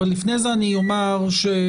לפני שאשאל אומר לך